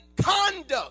conduct